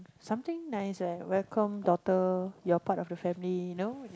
something nice ah welcome daughter you're part of the family you know